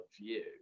view